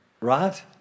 Right